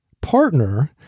partner